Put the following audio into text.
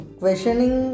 questioning